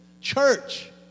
Church